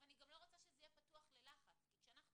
אני גם לא רוצה שזה יהיה פתוח ללחץ כי כשאנחנו